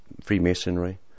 Freemasonry